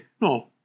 No